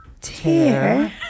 tear